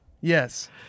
Yes